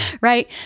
right